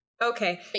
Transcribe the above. Okay